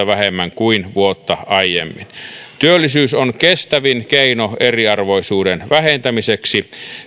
vähemmän kuin vuotta aiemmin työllisyys on kestävin keino eriarvoisuuden vähentämiseksi